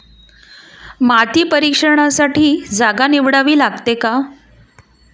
माती परीक्षणासाठी जागा निवडावी लागते का?